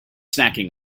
snacking